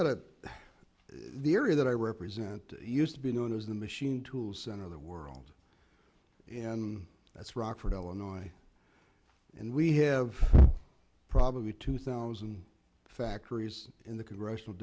got it the area that i represent used to be known as the machine tool center of the world and that's rockford illinois and we have probably two thousand factories in the congressional